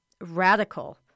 radical